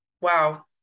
wow